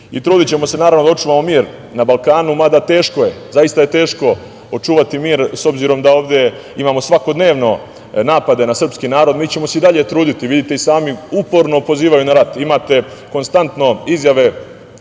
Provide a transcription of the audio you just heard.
i trudićemo se da očuvamo mir na Balkanu, mada teško je. Zaista je teško očuvati mir, s obzirom da ovde imamo svakodnevno napade na srpski narod. Mi ćemo se i dalje truditi. Vidite i sami, uporno pozivaju na rat. Imate konstantno izjave